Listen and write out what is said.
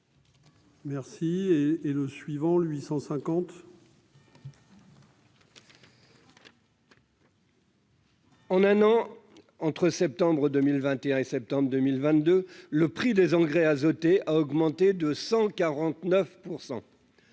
Merci et et le suivant : 850. En un an, entre septembre 2021 et septembre 2022 le prix des engrais azotés a augmenté de 100